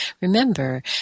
remember